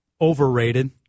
overrated